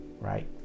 Right